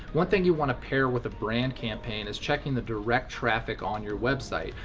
one thing you want to pair with a brand campaign is checking the direct traffic on your website.